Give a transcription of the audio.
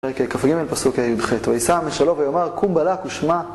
פרק כ"ג פסוק י"ח - ויישא משלו ויאמר: קום בלק ושמע